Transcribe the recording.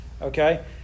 Okay